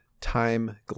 Time